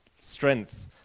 strength